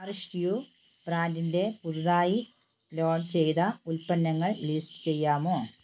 Nourish you ബ്രാൻഡിന്റെ പുതുതായി launch ചെയ്ത ഉൽപ്പന്നങ്ങൾ ലിസ്റ്റ് ചെയ്യാമോ